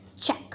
check